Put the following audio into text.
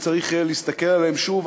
וצריך להסתכל עליהם שוב.